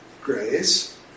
Grace